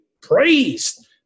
praised